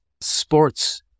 sports